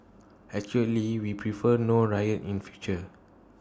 actually we prefer no riot in future